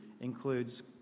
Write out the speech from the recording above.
includes